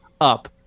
up